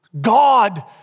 God